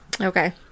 okay